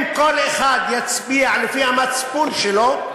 אם כל אחד יצביע לפי המצפון שלו,